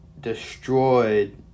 destroyed